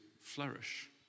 flourish